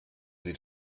sie